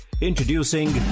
Introducing